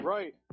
Right